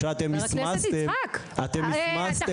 חבר הכנסת יצחק, אתה חדש.